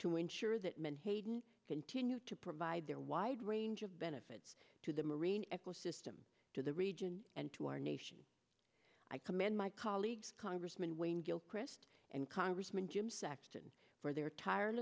to ensure that menhaden continue to provide their wide range of benefits to the marine eco system to the region and to our nation i commend my colleagues congressman wayne gilchrist and congressman jim saxton for their tire